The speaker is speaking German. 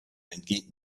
entgeht